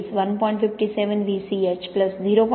57VC S H 0